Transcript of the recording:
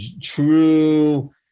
true